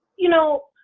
you know,